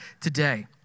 today